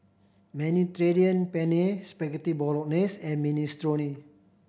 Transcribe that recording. Mediterranean Penne Spaghetti Bolognese and Minestrone